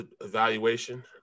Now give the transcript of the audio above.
evaluation